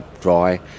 dry